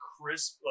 crisp